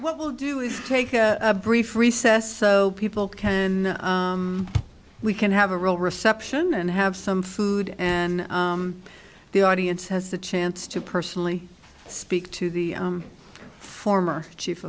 what we'll do is take a brief recess so people can we can have a real reception and have some food and the audience has the chance to personally speak to the former chief